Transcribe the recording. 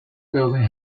building